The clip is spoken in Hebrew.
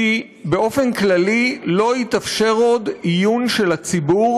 כי באופן כללי לא יתאפשר עוד עיון של הציבור